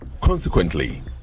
Consequently